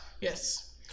Yes